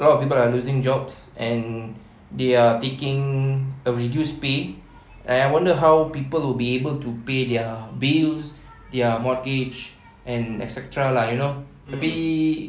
a lot of people are losing jobs and they are taking a reduced pay and I wonder how people will be able to pay their bills their mortgage and et cetera lah you know tapi